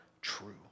true